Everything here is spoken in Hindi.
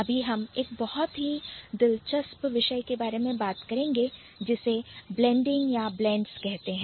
अभी हम एक बहुत ही दिलचस्प विषय के बारे में बात करेंगे जिसे Blending या Blends कहते हैं